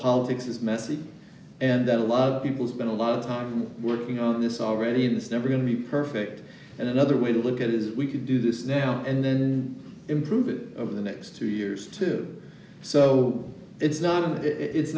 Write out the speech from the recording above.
politics is messy and a lot of people's been a lot of time working on this already that's never going to be perfect and another way to look at it is we can do this now and then improve it over the next two years too so it's not a it's